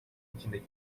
içindeki